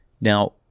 Now